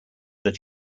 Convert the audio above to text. that